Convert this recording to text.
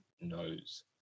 knows